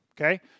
okay